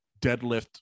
deadlift